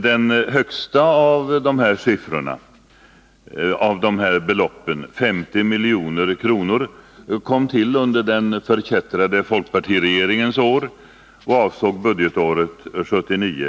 Det högsta av dessa belopp, 50 milj.kr., kom till under den förkättrade folkpartiregeringens år och avsåg budgetåret 1979/80.